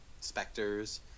specters